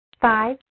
Five